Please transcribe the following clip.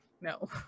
No